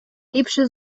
ліпше